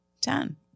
ten